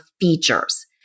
features